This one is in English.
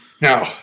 Now